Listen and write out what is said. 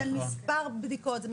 זה מספר בדיקות.